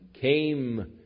came